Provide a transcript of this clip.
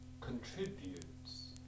contributes